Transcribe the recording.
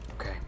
Okay